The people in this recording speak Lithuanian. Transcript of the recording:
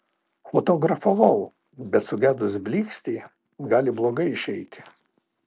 fotografavau bet sugedus blykstei gali blogai išeiti